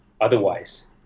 otherwise